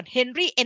Henry